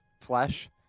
flesh